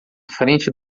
frente